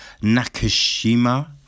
Nakashima